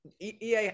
EA